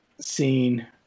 scene